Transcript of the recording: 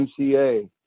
MCA